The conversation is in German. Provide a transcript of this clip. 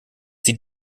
die